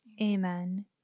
Amen